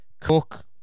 Cook